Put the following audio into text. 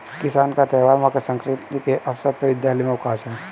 किसानी का त्यौहार मकर सक्रांति के अवसर पर विद्यालय में अवकाश है